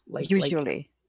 usually